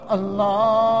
Allah